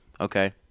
okay